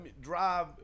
drive